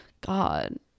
god